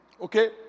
Okay